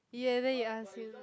ya then he ask you